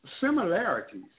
similarities